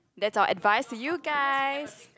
that's all advise you guys